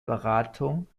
beratung